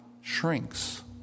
shrinks